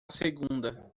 segunda